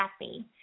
happy